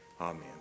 amen